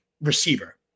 receiver